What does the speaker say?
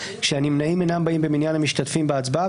כשהנמנעים אינם באים במניין המשתתפים בהצבעה,